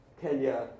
Kenya